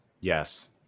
yes